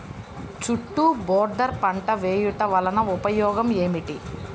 చుట్టూ బోర్డర్ పంట వేయుట వలన ఉపయోగం ఏమిటి?